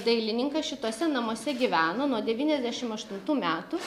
dailininkas šituose namuose gyveno nuo devyniasdešim aštuntų metų